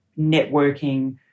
networking